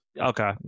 okay